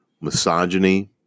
misogyny